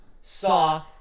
saw